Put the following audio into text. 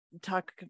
talk